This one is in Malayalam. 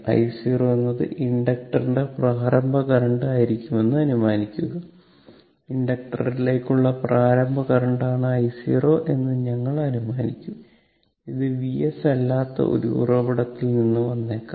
i0 എന്നത് ഇൻഡക്ടറിന്റെ പ്രാരംഭ കറന്റ് ആയിരിക്കുമെന്ന് അനുമാനിക്കുക ഇൻഡക്ടറിലേക്കുള്ള പ്രാരംഭ കറന്റ് ആണ് io എന്ന് ഞങ്ങൾ അനുമാനിക്കും ഇത് Vs അല്ലാത്ത ഒരു ഉറവിടത്തിൽ നിന്ന് വന്നേക്കാം